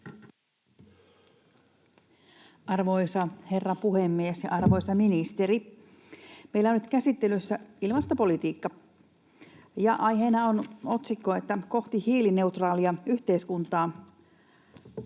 Arvoisa herra puhemies ja arvoisa ministeri! Meillä on nyt käsittelyssä ilmastopolitiikka ja aiheena on otsikko Kohti hiilineutraalia yhteiskuntaa